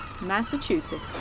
Massachusetts